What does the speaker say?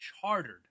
Chartered